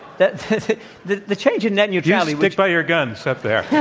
the the the change in net neutrality you stick by your guns up there.